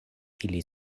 ili